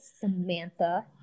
Samantha